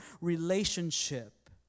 relationship